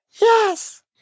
Yes